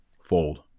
fold